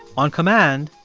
on command,